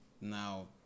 now